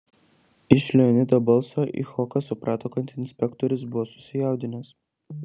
iš leonido balso icchokas suprato kad inspektorius buvo susijaudinęs